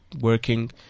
working